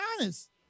honest